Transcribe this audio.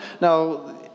Now